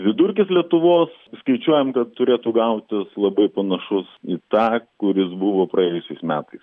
vidurkis lietuvos skaičiuojam kad turėtų gautis labai panašus į tą kuris buvo praėjusiais metais